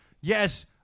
Yes